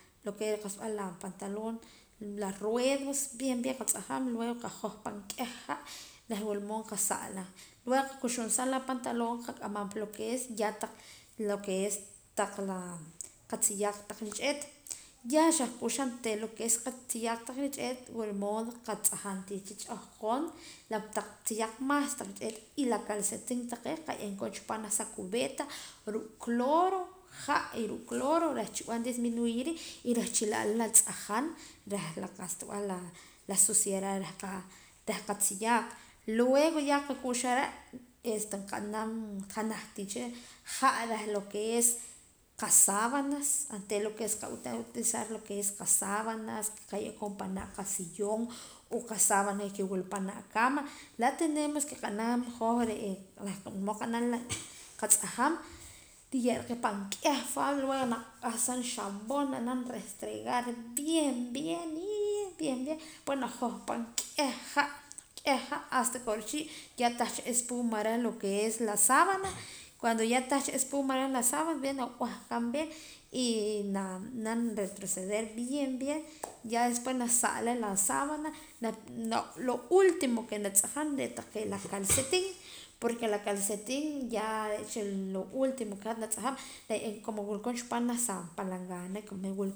Lo que es la pantallon la ruedos bien bien qatz'ajaam pan k'ih ha' reh wula mood nqa' sa'laa luego qaku'xuum sa la pantaloon qaq'amam pa lo que es la taq qatziyaaq kotaq rich'eet' ya xahk'uxaa la tziyaq kotaq rich'eet wula mood qatz'ajaam ch'ahkoon la tziyaq más k'ih la calcetín taqee' qaye'eem koon chi paam janaj sa cubeta ruu' cloro ha' y ruu' cloro reh chi'la la la tz'ajaan reh la qa'sa b'eh la suciedad reh qatziyaaq luego ya qaku'xaa are' qanaam janaj ha' reh lo que es qasabanas oontera lo que qab'an utilizar qasabanas qaye'koon pa' naa qasillon o sabanas que wula pa naa cama la tenemos que qanaam hoj reh wula mood qatz'ajaam niruy'era' aka pan k'ih fab k'ih xapoon nab'anam restregar bien bien y bien bien nahojpaam k'ih ha' hasta que korechii tah espuma reh lo que es la sabana cuando tah cha espuma reh la sabana re' nab'ahqaam bien y na naam retroceder bien bien y después na sa'laa la sabana lo último que natz'ajaam re' la calcetin porque la calcetin ya como lo último que wula xa ye'koon junaj sa apalangana.